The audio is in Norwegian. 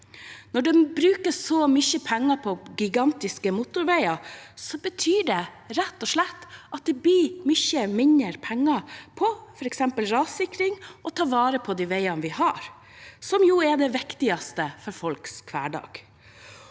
Når det brukes så mye penger på gigantiske motorveier, betyr det rett og slett at det blir mye mindre penger på f.eks. rassikring og å ta vare på de veiene vi har – som jo er det viktigste for folks hverdag.